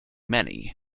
many